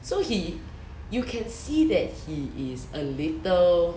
so he you can see that he is a little